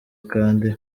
kandi